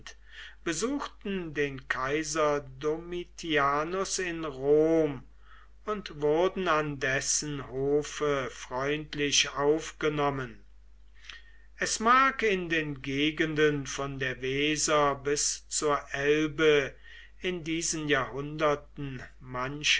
besuchten den kaiser domitianus in rom und wurden an dessen hofe freundlich aufgenommen es mag in den gegenden von der weser bis zur elbe in diesen jahrhunderten